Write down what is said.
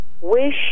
Wish